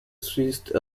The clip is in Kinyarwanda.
swift